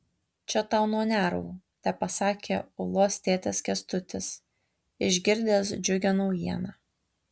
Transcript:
čia tau nuo nervų tepasakė ulos tėtis kęstutis išgirdęs džiugią naujieną